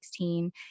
2016